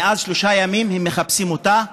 מאז שלושה ימים הם מחפשים אותה.